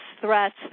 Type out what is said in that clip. threats